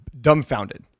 dumbfounded